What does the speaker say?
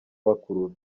bakuru